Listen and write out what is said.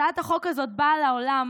הצעת החוק הזאת באה לעולם